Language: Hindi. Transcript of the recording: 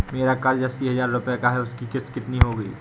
मेरा कर्ज अस्सी हज़ार रुपये का है उसकी किश्त कितनी होगी?